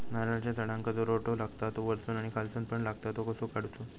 नारळाच्या झाडांका जो रोटो लागता तो वर्सून आणि खालसून पण लागता तो कसो काडूचो?